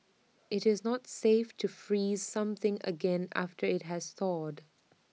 IT is not safe to freeze something again after IT has thawed